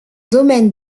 domaine